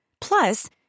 Plus